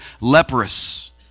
leprous